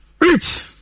Rich